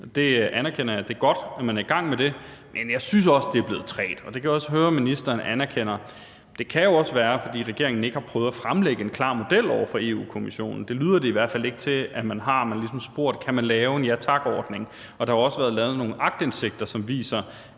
Det anerkender jeg, og det er godt, at man er i gang med det, men jeg synes også, det er blevet trægt, og det kan jeg også høre ministeren anerkender. Det kan jo også være, fordi regeringen ikke har prøvet at fremlægge en klar model over for Europa-Kommissionen. Det lyder det i hvert fald ikke til at man har. Man har ligesom spurgt, om man kan lave en ja tak-ordning, og der har også været lavet nogle aktindsigter, som viser,